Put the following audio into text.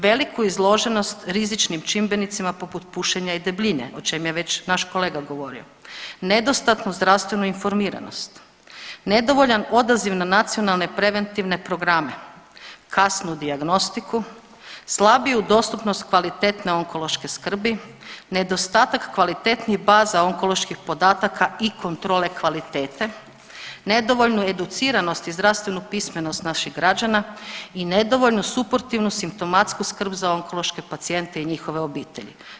Veliku izloženost rizičnim čimbenicima poput pušenja i debljine, o čemu je već naš kolega govorio, nedostanu zdravstvenu informiranost, nedovoljan odaziv na nacionalne preventivne programe, kasnu dijagnostiku, slabiju dostupnost kvalitetne onkološke skrbi, nedostatak kvalitetnijih baza onkoloških podataka i kontrole kvalitete, nedovoljnu educiranost i zdravstvenu pismenost naših građana i nedovoljnu suportivnu simptomatsku skrb za onkološke pacijente i njihove obitelji.